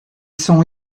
son